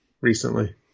recently